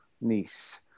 niece